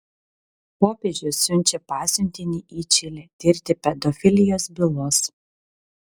popiežius siunčia pasiuntinį į čilę tirti pedofilijos bylos